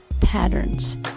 patterns